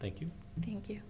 thank you thank you